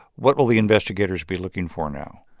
what will the investigators be looking for now?